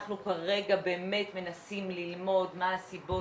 אנחנו כרגע באמת מנסים ללמוד מה הסיבות,